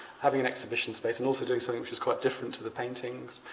having an exhibition space and also doing something which is quite different to the paintings.